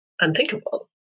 unthinkable